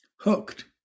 hooked